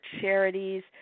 charities